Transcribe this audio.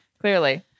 clearly